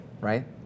right